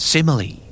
Simile